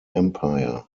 empire